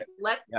Let